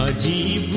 de